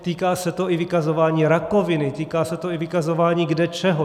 Týká se to i vykazování rakoviny, týká se to i vykazování kdečeho.